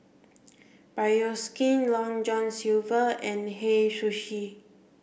Bioskin Long John Silver and Hei Sushi